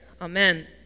amen